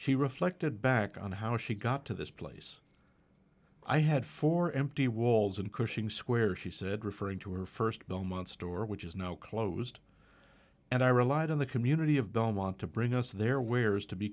she reflected back on how she got to this place i had four empty walls and pushing squares she said referring to her first belmont store which is now closed and i relied on the community of belmont to bring us their wares to be